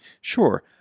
Sure